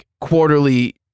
quarterly